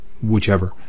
whichever